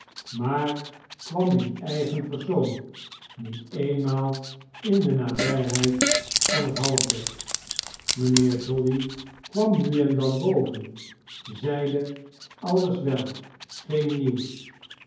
maar kwam in eigen persoon niet eenmaal in de nabyheid van het halfdek mijnheer jolly kwam nu en dan boven zeide alles wel geen nieuws